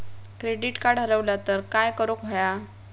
Credit card हरवला तर काय करुक होया?